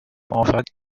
موافقت